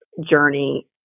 journey